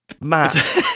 Matt